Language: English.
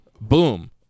boom